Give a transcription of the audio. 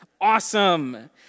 awesome